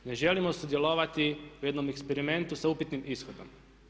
Ne želimo sudjelovati u jednom eksperimentu sa upitnim ishodom.